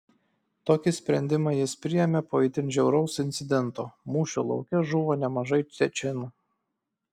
tokį sprendimą jis priėmė po itin žiauraus incidento mūšio lauke žuvo nemažai čečėnų